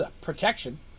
protection